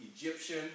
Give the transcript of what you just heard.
Egyptian